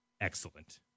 excellent